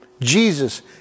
Jesus